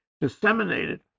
disseminated